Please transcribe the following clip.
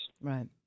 Right